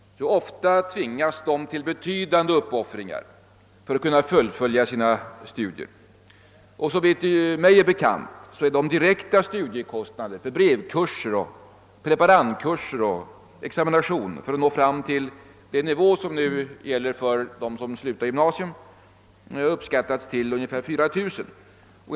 Ofta tvingas de till betydande uppoffringar för att kunna fullfölja sina studier. Såvitt mig är bekant kan de direkta studiekostnaderna för brevkurser, preparandkurser och examination för att nå upp till den nivå som nu gäller för dem som slutar i gymnasium uppskattas till ungefär 4 000 kronor.